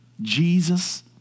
Jesus